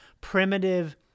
primitive